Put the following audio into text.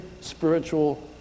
spiritual